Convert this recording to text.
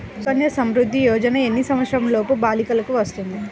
సుకన్య సంవృధ్ది యోజన ఎన్ని సంవత్సరంలోపు బాలికలకు వస్తుంది?